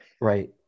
right